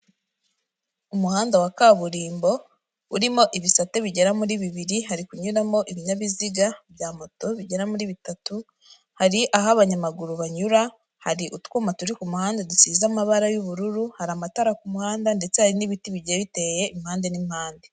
Umuhanda wa kaburimbo urimo ibisate bigera muri bibiri hari kunyuramo ibinyabiziga bya moto bigera muri bitatu, hari aho abanyamaguru banyura, hari utwuma turi ku muhanda dusize amabara y'ubururu, hari amatara ku muhanda ndetse hari n'ibiti bigiye biteye impande n'impande.